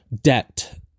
debt